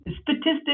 Statistics